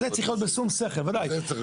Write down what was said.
גם זה צריך להיות בשום שכל, ודאי.